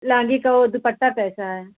लहंगो का वो दुप्पटा कैसा है